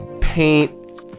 paint